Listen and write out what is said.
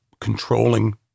controlling